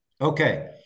Okay